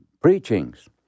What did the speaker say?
preachings